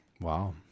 Wow